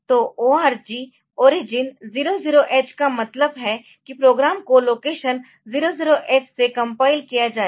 तो ORG origin 00 H का मतलब है कि प्रोग्राम को लोकेशन 00 H से कम्पाइल किया जाएगा